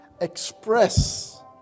express